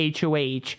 HOH